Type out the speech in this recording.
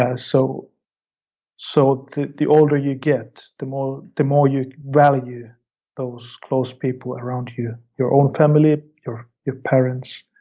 ah so so the the older you get, the more the more you value those close people around you. your own family, your your parents